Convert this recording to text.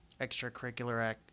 extracurricular